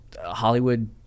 Hollywood